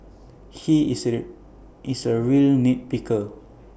he is A real nit picker